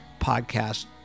podcast